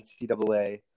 NCAA